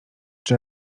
czy